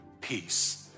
peace